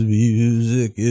music